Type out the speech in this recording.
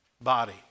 body